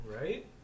Right